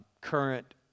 current